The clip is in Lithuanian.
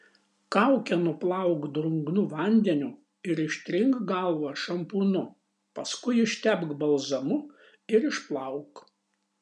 kaukę nuplauk drungnu vandeniu ir ištrink galvą šampūnu paskui ištepk balzamu ir išplauk